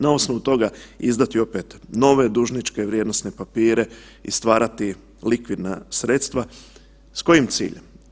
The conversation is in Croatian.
Na osnovu toga izdati opet nove dužničke vrijednosne papire i stvarati likvidna sredstva, s kojim ciljem?